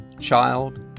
child